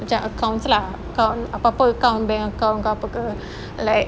macam accounts lah apa-apa account bank account ke apa ke like